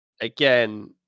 Again